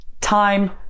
Time